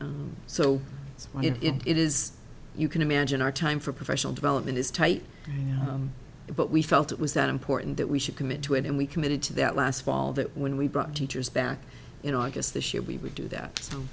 so it is you can imagine our time for professional development is tight but we felt it was that important that we should commit to it and we committed to that last fall that when we brought teachers back in august this year we would do that